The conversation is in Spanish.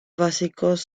básicos